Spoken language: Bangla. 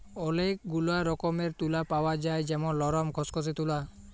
ওলেক গুলা রকমের তুলা পাওয়া যায় যেমল লরম, খসখসে তুলা